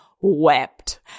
wept